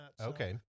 Okay